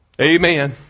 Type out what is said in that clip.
Amen